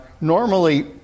Normally